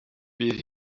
bydd